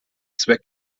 zweck